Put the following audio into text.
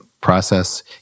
process